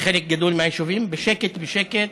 בחלק גדול מהיישובים, בשקט בשקט